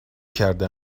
کرده